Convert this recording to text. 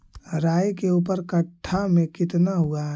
राई के ऊपर कट्ठा में कितना हुआ है?